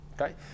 Okay